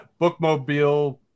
bookmobile